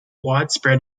widespread